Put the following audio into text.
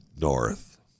North